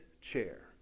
chair